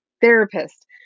therapist